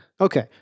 Okay